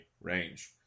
range